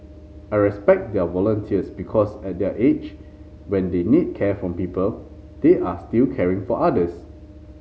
I respect their volunteers because at their age when they need care from people they are still caring for others